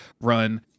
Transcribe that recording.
run